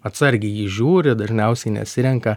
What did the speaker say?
atsargiai į jį žiūri dažniausiai nesirenka